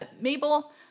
Mabel